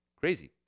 crazy